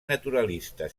naturalista